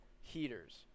heaters